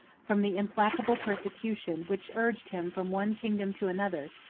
from the implacable persecution which urged him from one kingdom to another,